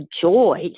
joy